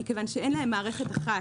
מכיוון שאין להם מערכת אחת,